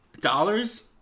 Dollars